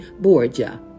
borgia